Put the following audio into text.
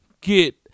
get